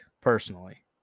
personally